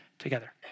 together